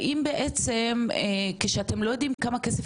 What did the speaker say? האם בעצם כשאתם לא יודעים כמה כסף